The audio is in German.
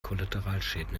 kollateralschäden